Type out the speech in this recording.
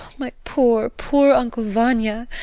my poor, poor uncle vanya,